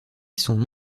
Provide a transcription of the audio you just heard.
son